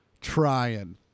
trying